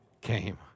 came